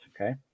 okay